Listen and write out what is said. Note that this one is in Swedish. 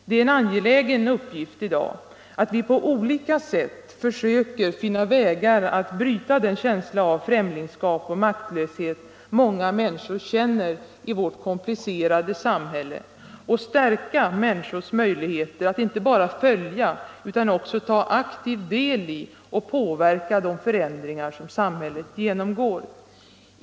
Det är en angelägen uppgift i dag att vi på olika sätt försöker finna vägar att bryta den känsla av främlingskap och maktlöshet som många människor känner i vårt komplicerade samhälle och stärka människors möjligheter att inte bara följa utan också ta aktiv del i och påverka de förändringar som samhället genomgår.